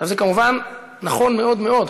אז זה כמובן נכון מאוד מאוד.